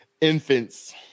infants